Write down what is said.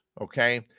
okay